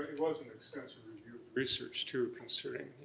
was an extensive review of research, too, considering,